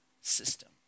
system